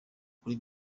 kuri